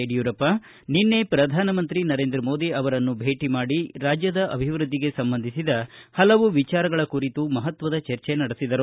ಯಡಿಯೂರಪ್ಪ ನಿನ್ನೆ ಪ್ರಧಾನಮಂತ್ರಿ ನರೇಂದ್ರ ಮೋದಿ ಅವರನ್ನು ಭೇಟ ಮಾಡಿ ರಾಜ್ಯದ ಅಭಿವೃದ್ದಿಗೆ ಸಂಬಂಧಿಸಿದ ಹಲವು ವಿಚಾರಗಳ ಕುರಿತು ಮಹತ್ವದ ಚರ್ಚಿ ನಡೆಸಿದರು